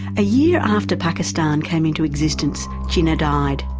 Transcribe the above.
a year after pakistan came into existence, jinnah died,